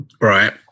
Right